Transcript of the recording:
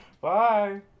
Bye